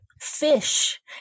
fish